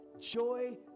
joy